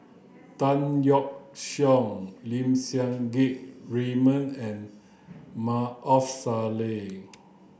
Tan Yeok Seong Lim Siang Keat Raymond and Maarof Salleh